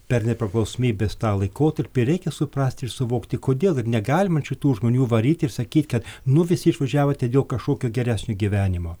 per nepriklausomybės tą laikotarpį reikia suprasti ir suvokti kodėl ir negalima čia tų žmonių varyti ir sakyt kad nu visi išvažiavote dėl kažkokio geresnio gyvenimo